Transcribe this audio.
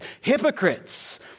Hypocrites